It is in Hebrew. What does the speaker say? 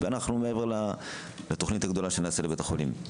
מעבר לתכנית הגדולה שנעשה לבית החולים.